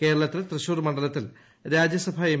കേരളത്തിൽ തൃശൂർ മണ്ഡല ത്തിൽ രാജ്യസഭാ എം